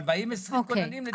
אבל באים 20 כוננים לדירה קטנה.